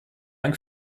dank